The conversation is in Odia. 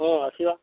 ହଁ ଆସିବା